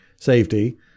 Safety